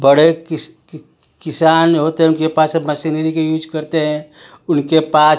बड़े किस्त कि किसान होते हैं उनके पास सब मसिनरी के यूज करते हैं उनके पास